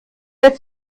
der